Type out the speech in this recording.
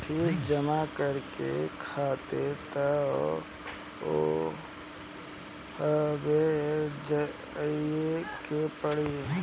fees जमा करे खातिर तअ उहवे जाए के पड़ी